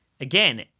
again